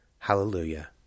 HALLELUJAH